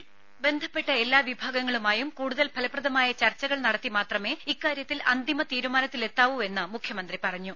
voice രുര ബന്ധപ്പെട്ട എല്ലാ വിഭാഗങ്ങളുമായും കൂടുതൽ ഫലപ്രദമായ ചർച്ചകൾ നടത്തി മാത്രമേ ഇക്കാര്യത്തിൽ അന്തിമ തീരുമാനത്തിലെത്താവൂവെന്ന് മുഖ്യമന്ത്രി പറഞ്ഞു